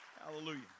Hallelujah